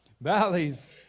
Valleys